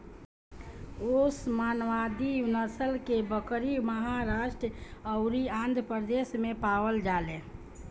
ओस्मानावादी नसल के बकरी महाराष्ट्र अउरी आंध्रप्रदेश में पावल जाले